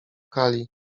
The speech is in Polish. kali